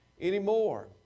anymore